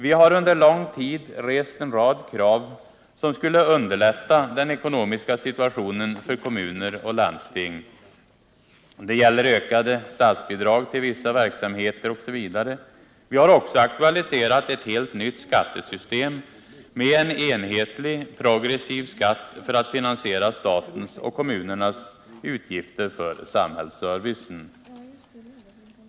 Vi har under lång tid rest en rad krav som skulle underlätta den ekonomiska situationen för kommuner och landsting. Det gäller ökade statsbidrag till vissa verksamheter osv. Vi har också aktualiserat ett helt nytt skattesystem med en enhetlig, progressiv skatt för att finansiera statens och kommunernas utgifter för samhällsservicen.